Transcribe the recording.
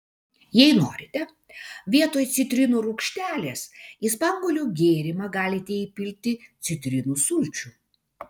jei norite vietoj citrinų rūgštelės į spanguolių gėrimą galite įpilti citrinų sulčių